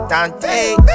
Dante